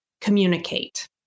communicate